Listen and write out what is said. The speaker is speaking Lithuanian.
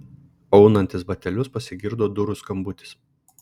aunantis batelius pasigirdo durų skambutis